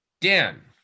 Dan